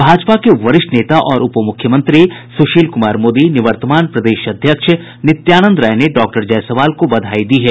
भाजपा के वरिष्ठ नेता और उपमुख्मंत्री सुशील कुमार मोदी निवर्तामान प्रदेश अध्यक्ष नित्यानंद राय ने डॉक्टर जायसवाल को बधाई दी है